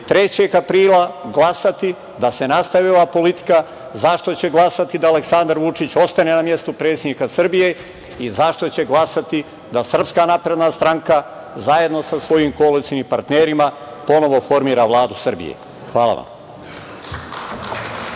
3. aprila glasati da se nastavi ova politika, zašto će glasati da Aleksandar Vučić ostane na mestu predsednika Srbije i zašto će glasati da SNS, zajedno sa svojim koalicionim partnerima, ponovo formira Vladu Srbije. Hvala.